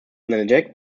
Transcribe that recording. neglect